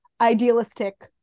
idealistic